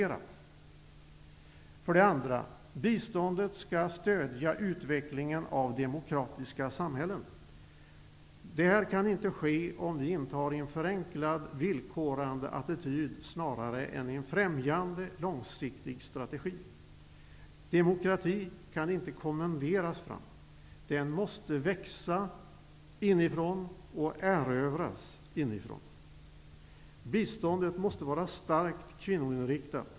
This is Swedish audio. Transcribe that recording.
För det andra skall biståndet stödja utvecklingen av demokratiska samhällen. Detta kan inte ske om vi intar en förenklad villkorande attityd snarare än en som främjar en långsiktig strategi. Demokrati kan inte kommenderas fram. Den måste växa och erövras inifrån. För det tredje måste biståndet vara starkt kvinnoinriktat.